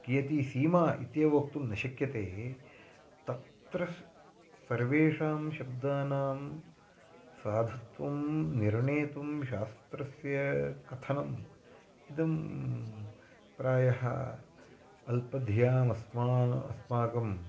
कियती सीमा इत्येव वक्तुं न शक्यते तत्र सर्वेषां शब्दानां साधुत्वं निर्णेतुं शास्त्रस्य कथनम् इदं प्रायः अल्पधियाम् अस्माकम् अस्माकं